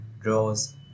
draws